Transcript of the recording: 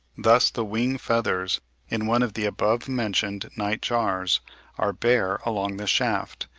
thus the wing-feathers in one of the above-mentioned night-jars are bare along the shaft,